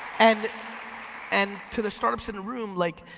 and and to the startups in the room, like,